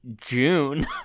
June